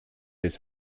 des